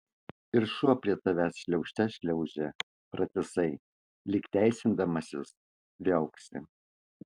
ir šuo prie tavęs šliaužte šliaužia pratisai lyg teisindamasis viauksi